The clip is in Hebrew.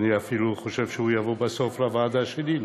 ואני אפילו חושב שהוא יבוא בסוף לוועדה שלי,